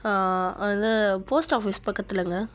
அது post office பக்கத்துலேங்க